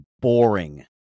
boring